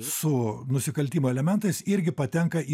su nusikaltimo elementais irgi patenka į